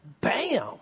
Bam